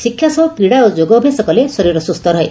ଶିକ୍ଷା ସହ କ୍ରୀଡା ଓ ଯୋଗ ଅଭ୍ୟାସ କଲେ ଶରୀର ସୁସ୍ଚ ରହେ